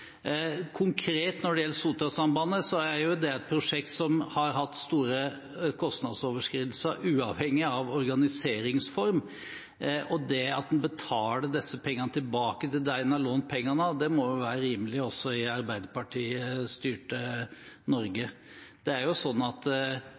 Når det gjelder Sotra-sambandet konkret, er det et prosjekt som har hatt store kostnadsoverskridelser uavhengig av organiseringsform. Det at en betaler disse pengene tilbake til dem en har lånt pengene av, må være rimelig også i Arbeiderparti-styrte Norge.